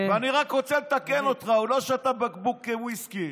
אני רק רוצה לתקן אותך: הוא לא שתה בקבוק ויסקי,